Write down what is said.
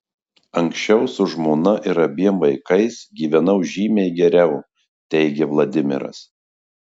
anksčiau su žmona ir abiem vaikais gyvenau žymiai geriau teigia vladimiras